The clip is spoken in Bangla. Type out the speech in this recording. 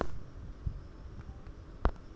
লঙ্কা চাষে বিষে প্রতি সারের জন্য খরচ কত হয়?